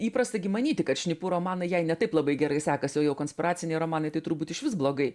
įprasta gi manyti kad šnipų romanui jei ne taip labai gerai sekasi o konspiraciniai romanai tai turbūt išvis blogai